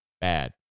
Bad